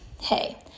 Hey